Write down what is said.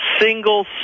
single